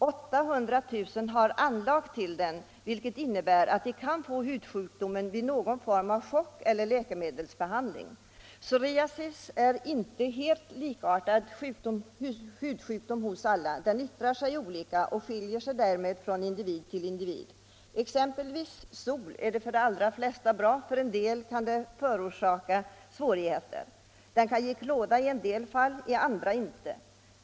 800 000 har anlag för den vilket innebär att de kan få hudsjukdomen vid någon form av chock eller läkemedelsbehandling. Psoriasis är inte en helt likartad hudsjukdom hos alla. Den yttrar sig olika och skiljer sig därmed från individ till individ. Exempelvis solljus är för de allra flesta bra, men för en del kan det förorsaka svårigheter. Det kan ge klåda i en del fall, i andra inte.